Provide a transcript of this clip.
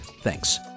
Thanks